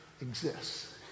exists